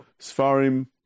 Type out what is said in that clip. Sfarim